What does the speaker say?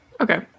okay